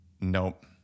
Nope